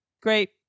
great